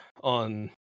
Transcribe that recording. on